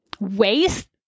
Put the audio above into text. waste